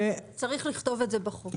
צריך לכתוב את זה בחוק.